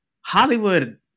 Hollywood